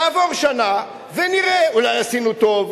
תעבור שנה ונראה, אולי עשינו טוב?